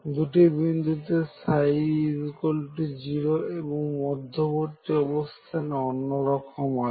দুটি বিন্দুতে ψ0 এবং মধ্যবর্তী অবস্থানে অন্যরকম আছে